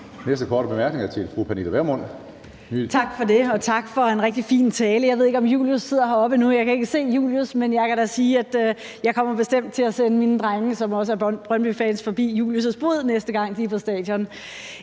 Næste korte bemærkning er til fru Pernille Vermund. Kl. 10:40 Pernille Vermund (NB): Tak for det, og tak for en rigtig fin tale. Jeg ved ikke, om Julius sidder oppe på tilhørerpladserne endnu. Jeg kan ikke se Julius, men jeg kan da sige, at jeg bestemt kommer til at sende mine drenge, som også er brøndbyfans, forbi Julius' bod, næste gang de er på stadion.